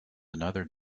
another